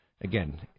Again